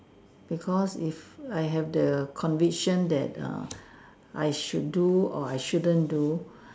because if I have the conviction that err I should do or I shouldn't do